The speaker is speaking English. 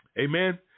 Amen